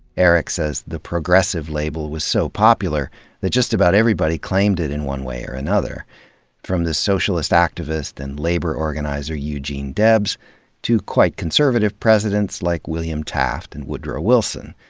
eric says the progressive label was so popular that just about everybody claimed it in one way or another from the socialist activist and labor organizer eugene debs to quite conservative presidents like william taft and woodrow wilson.